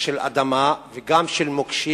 של אדמה וגם של מוקשים.